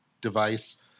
device